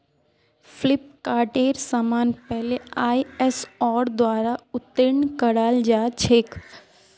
फ्लिपकार्टेर समान पहले आईएसओर द्वारा उत्तीर्ण कराल जा छेक